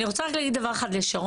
אני רוצה רק להגיד דבר אחד לשרון.